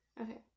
Okay